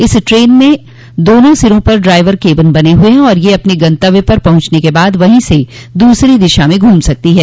इस ट्रेन में दोनों सिरों पर ड्राइवर के केबिन बने हुए हैं और यह अपने गंतव्य पर पहुंचने के बाद वहीं से दूसरी दिशा में घ्म सकती है